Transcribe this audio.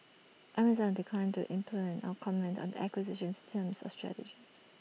Amazon declined to implant out comment on the acquisition's terms or strategy